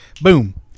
Boom